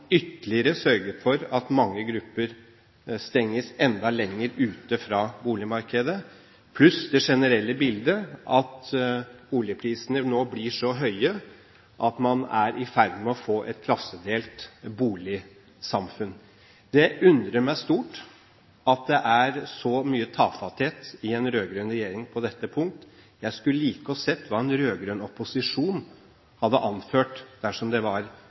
ytterligere sørget for at mange grupper stenges enda mer ute fra boligmarkedet. I tillegg har man det generelle bildet at boligprisene nå blir så høye at man er i ferd med å få et klassedelt boligsamfunn. Det undrer meg stort at det er så mye tafatthet i en rød-grønn regjering på dette punkt. Jeg skulle like å se hva en rød-grønn opposisjon hadde anført dersom det var